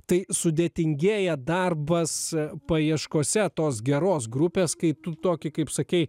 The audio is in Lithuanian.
tai sudėtingėja darbas paieškose tos geros grupės kai tu tokį kaip sakei